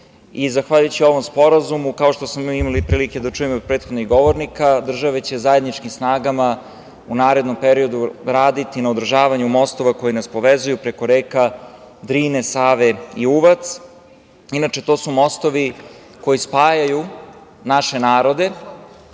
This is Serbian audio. i, zahvaljujući ovom sporazumu, kao što smo imali prilike da čujemo od prethodnih govornika, države će zajedničkim snagama u narednom periodu raditi na održavanju mostova koji nas povezuju preko reka Drine, Save i Uvac. Inače, to su mostovi koji spajaju naše narode,